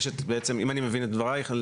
אם אני מבין את דבריך,